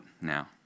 now